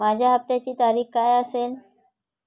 माझ्या हप्त्याची तारीख काय असेल?